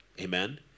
Amen